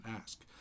ask